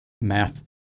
math